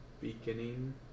beginning